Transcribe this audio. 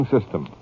System